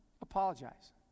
apologize